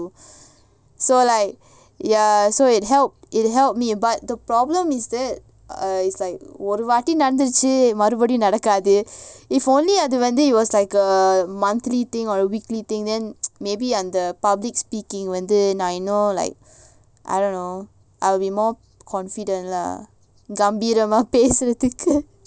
ya so it help it help me but the problem is that uh it's like ஒருவாட்டிநடந்துடுச்சுமறுபடியும்நடக்காது:oruvaati nadanthuduchu marubadium nadakathu if only அதுவந்து:adhu vandhu it was like a monthly thing or a weekly thing then maybe அந்த:andha public speaking நான்வந்துஅழணும்:nan vandhu alanum then like I don't know I will be more confident lah கம்பீரமாபேசுறதுக்கு:kambeerama pesurathuku